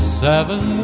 seven